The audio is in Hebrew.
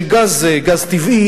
של גז טבעי,